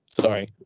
Sorry